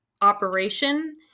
operation